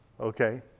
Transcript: okay